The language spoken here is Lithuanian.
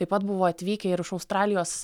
taip pat buvo atvykę ir iš australijos